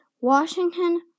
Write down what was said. Washington